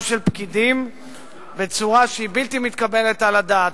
של פקידים בצורה שהיא בלתי מתקבלת על הדעת.